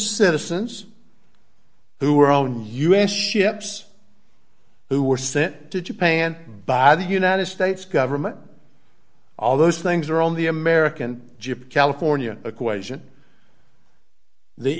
citizens who are own u s ships who were sent to japan by the united states government all those things are on the american jeep california